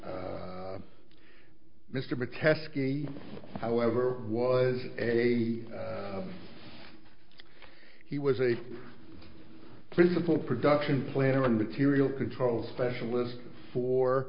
mr protest ski however was a he was a principal production planner material control specialist for